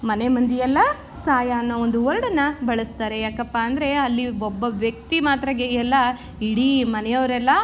ಮನೆ ಮಂದಿಯೆಲ್ಲ ಸಾಯ ಅನ್ನೋ ಒಂದು ವರ್ಡನ್ನು ಬಳಸ್ತಾರೆ ಯಾಕಪ್ಪ ಅಂದರೆ ಅಲ್ಲಿ ಒಬ್ಬ ವ್ಯಕ್ತಿ ಮಾತ್ರ ಗೇಯೋಲ್ಲ ಇಡೀ ಮನೆಯವರೆಲ್ಲ